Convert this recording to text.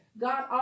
God